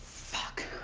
fuck.